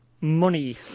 money